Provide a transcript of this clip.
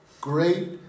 great